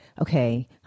okay